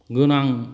गोनां